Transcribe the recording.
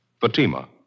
Fatima